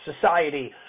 society